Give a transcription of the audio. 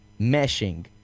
meshing